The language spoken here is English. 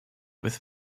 with